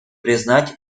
признать